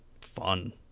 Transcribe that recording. fun